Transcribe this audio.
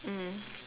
mm